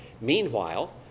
Meanwhile